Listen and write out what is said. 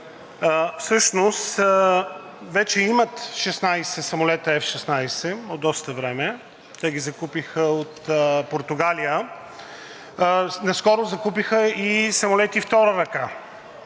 всъщност вече имат 16 самолета F-16 от доста време. Те ги закупиха от Португалия. Наскоро закупиха и самолети втора ръка,